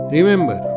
Remember